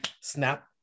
snap